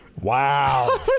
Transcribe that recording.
Wow